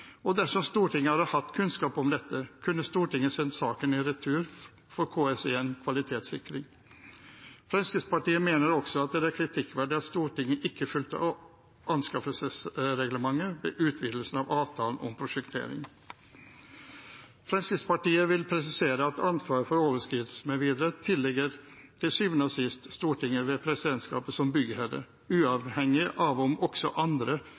overskredet. Dersom Stortinget hadde hatt kunnskap om dette, kunne Stortinget ha sendt saken i retur for å få gjennomført KS1, altså kvalitetssikring. Fremskrittspartiet mener også at det er kritikkverdig at Stortinget ikke fulgte anskaffelsesreglementet ved utvidelsen av avtalen om prosjektering. Fremskrittspartiet vil presisere at ansvaret for overskridelsene mv. tilligger til syvende og sist Stortinget, ved presidentskapet som byggherre, uavhengig av om også andre